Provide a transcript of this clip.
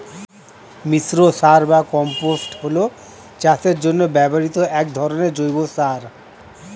মিশ্র সার বা কম্পোস্ট হল চাষের জন্য ব্যবহৃত এক ধরনের জৈব সার